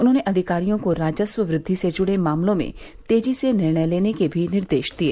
उन्होंने अधिकारियों को राजस्व वृद्धि से जुड़े मामलों में तेजी से निर्णय लेने के भी निर्देश दिए